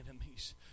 enemies